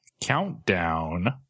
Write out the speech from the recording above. Countdown